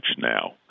now